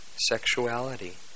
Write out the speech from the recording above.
sexuality